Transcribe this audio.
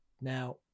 now